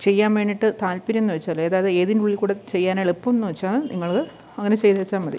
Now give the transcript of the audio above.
ചെയ്യാൻ വേണ്ടീട്ട് താൽപ്പര്യംന്ന് വെച്ചാൽ അതായത് ഏതിനുള്ളിൽ കൂടെ ചെയ്യാനെളുപ്പം എന്ന് വെച്ചാൽ നിങ്ങൾ അങ്ങനെ ചെയ്ത് വെച്ചാൽ മതി